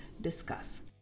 discuss